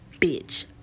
bitch